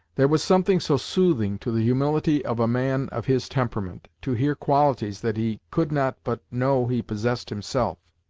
there was something so soothing to the humility of a man of his temperament, to hear qualities that he could not but know he possessed himself,